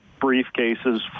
briefcases